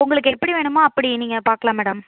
உங்களுக்கு எப்படி வேணுமோ அப்படி நீங்கள் பார்க்கலாம் மேடம்